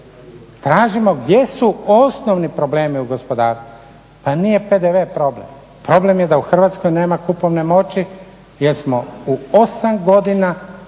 Tražimo gdje su osnovni problemi u gospodarstvu, a nije PDV problem, problem je da u Hrvatskoj nema kupovne moći jer smo u 8 godina